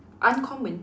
uncommon